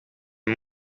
een